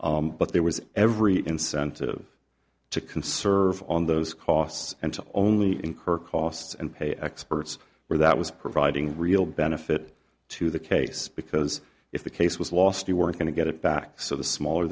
s but there was every incentive to conserve on those costs and to only incur costs and pay experts where that was providing real benefit to the case because if the case was lost you weren't going to get it back so the smaller